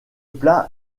plat